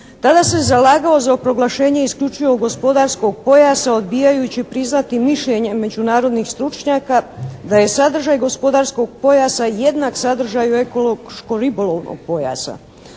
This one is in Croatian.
Tada se zalagao za proglašenje isključivo gospodarskog pojasa odbijajući priznati mišljenje međunarodnih stručnjaka da je sadržaj gospodarskog pojasa jednak sadržaju ekološko-ribolovnog pojasa.